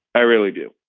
i really do.